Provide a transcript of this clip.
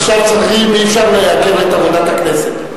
עכשיו אי-אפשר לעכב את עבודת הכנסת.